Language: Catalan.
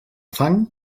fang